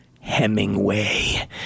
Hemingway